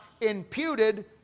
imputed